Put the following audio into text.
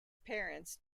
parents